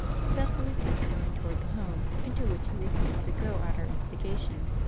stealthily tiptoeing toward the home into which he refused to go at our instigation.